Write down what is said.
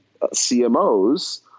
CMOs